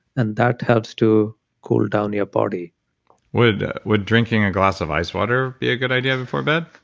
and that helps to cool down your body would would drinking a glass of ice water be a good idea before bed?